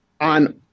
on